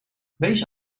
wees